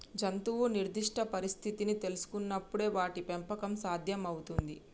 జంతువు నిర్దిష్ట పరిస్థితిని తెల్సుకునపుడే వాటి పెంపకం సాధ్యం అవుతుంది